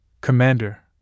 commander